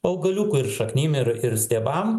augaliukų ir šaknim ir ir stiebam